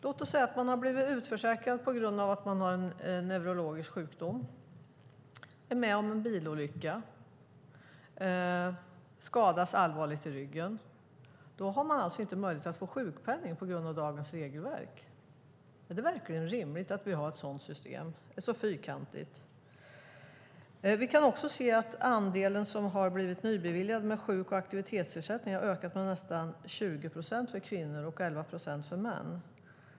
Låt oss säga att man har blivit utförsäkrad på grund av att man har en neurologisk sjukdom och är med om en bilolycka och skadas allvarligt i ryggen. Då har man inte möjlighet att få sjukpenning på grund av dagens regelverk. Är det verkligen rimligt att vi har ett sådant fyrkantigt system? Vi kan se att den andel som har blivit nybeviljad sjuk och aktivitetsersättning har ökat med nästan 20 procent för kvinnor och 11 procent för män.